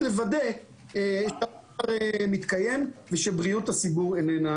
לוודא שהדבר מתקיים ושבריאות הציבור איננה